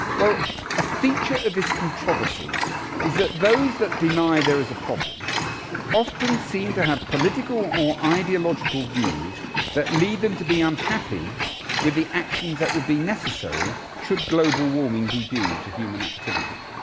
a feature of this controversy is that those that deny there is a problem often seem to have political or ideological views that lead them to be unhappy with the actions that would be necessary should global warming be due to human activity.